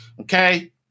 okay